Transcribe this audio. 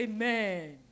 Amen